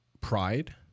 pride